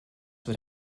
what